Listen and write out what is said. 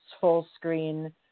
full-screen